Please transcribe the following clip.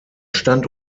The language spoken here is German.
stand